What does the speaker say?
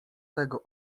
tego